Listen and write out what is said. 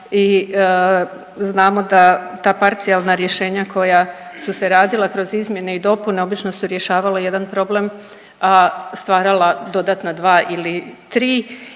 i znamo da ta parcijalna rješenja koja su se radila kroz izmjene i dopune, obično su rješavala jedan problem, a stvarala dodatna dva ili tri